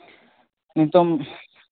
ᱱᱤᱛᱚᱝ